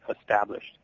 established